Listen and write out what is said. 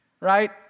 right